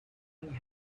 king